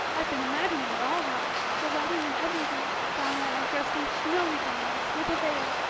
i've been imagining it all out the wedding and everything diana dressed in snowy garments, with a veil,